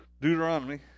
Deuteronomy